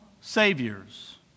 saviors